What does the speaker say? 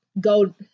Go